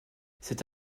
cette